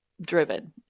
driven